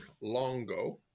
Longo